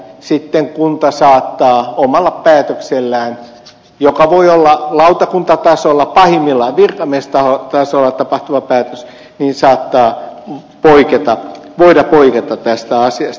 sitten kunta saattaa voida omalla päätöksellään joka voi olla lautakuntatasolla pahimmillaan virkamiestasolla tapahtuva päätös poiketa tästä asiasta